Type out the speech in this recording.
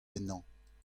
ennañ